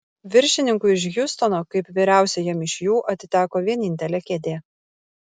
viršininkui iš hjustono kaip vyriausiajam iš jų atiteko vienintelė kėdė